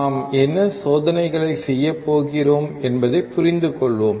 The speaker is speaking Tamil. நாம் என்ன சோதனைகளை செய்யப் போகிறோம் என்பதைப் புரிந்துகொள்வோம்